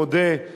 אני מודה לוועדה,